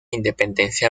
independencia